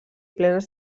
plenes